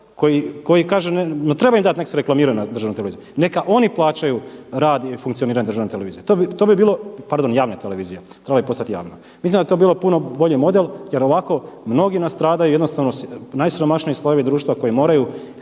koji kažu, ma treba im dati neka se reklamiraju na državnoj televiziji. Neka oni plaćaju rad i funkcioniranje državne televizije, pardon javne televizije, trebala bi postati javna. Mislim da bi to bio puno bolji model jer ovako mnogi nastradaju, jednostavno najsiromašniji slojevi društva koji moraju